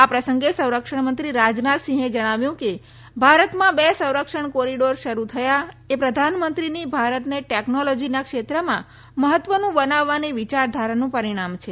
આ પ્રસંગે સંરક્ષણમંત્રી રાજનાથ સિંહે કહ્યુકે ભારતમાં બે સંરક્ષણ કોરીડોર શરૂ થયા એ પ્રધાનમંત્રી ની ભારતને ટેકનોલોજીના ક્ષેત્રમાં મહત્વનું બનાવવાની વિચારધારાનું પરીણામ છે